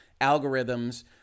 algorithms